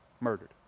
murdered